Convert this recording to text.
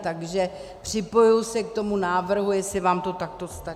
Takže připojuji se k tomu návrhu, jestli vám to takto stačí.